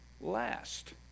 last